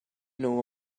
know